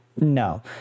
No